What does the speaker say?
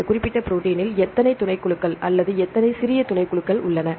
இந்த குறிப்பிட்ட ப்ரோடீனில் எத்தனை துணைக்குழுக்கள் அல்லது எத்தனை சிறிய துணைக்குழுக்கள் உள்ளன